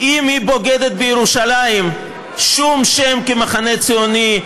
אם היא בוגדת בירושלים, שום שם כ"מחנה ציוני",